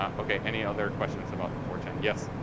um okay. any other questions about the four chan? yes?